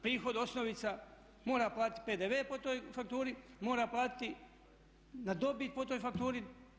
Prihod osnovica mora platiti PDV po toj fakturi, mora platiti na dobit po toj fakturi.